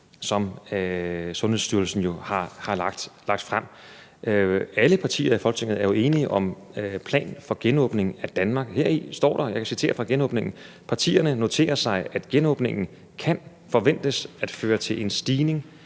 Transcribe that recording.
som Sundhedsstyrelsen har lagt frem. Alle partier i Folketinget er jo enige om en plan for genåbningen af Danmark, og heri står der, og jeg kan citere fra genåbningen: »Partierne noterer sig, at genåbningen kan forventes at føre til en stigning